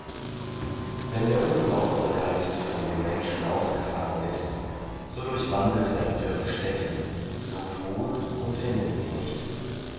wenn der unsaubere geist von dem menschen ausgefahren ist so durchwandelt er dürre stätten sucht ruhe und findet sie nicht